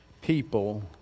People